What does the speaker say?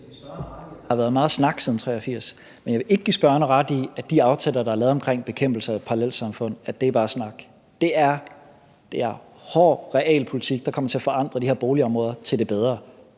der har været meget snak siden 1983. Men jeg vil ikke give spørgeren ret i, at de aftaler, der er lavet om bekæmpelse af parallelsamfund, bare er snak. Det er hård realpolitik, der kommer til at forandre de her boligområder til det bedre.